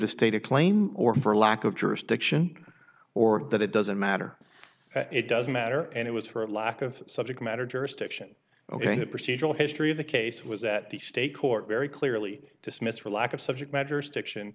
to state a claim or for lack of jurisdiction or that it doesn't matter it doesn't matter and it was for lack of subject matter jurisdiction ok that procedural history of the case was that the state court very clearly dismissed for lack of subject matter stiction